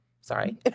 sorry